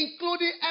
including